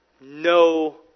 No